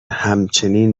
همچنین